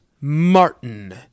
Martin